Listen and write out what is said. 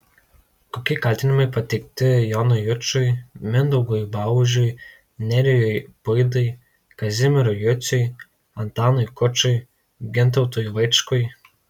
kokie kaltinimai pateikti jonui jučui mindaugui baužiui nerijui puidai kazimierui juciui antanui kučui gintautui vaičkui